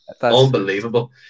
Unbelievable